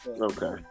Okay